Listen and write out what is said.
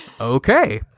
okay